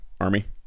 army